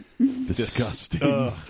disgusting